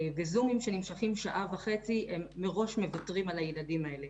בזומים שנמשכים שעה וחצי הם מראש מוותרים על הילדים האלה.